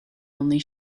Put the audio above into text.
only